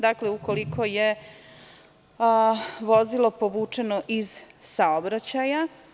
Dakle, ukoliko je vozilo povučeno iz saobraćaja.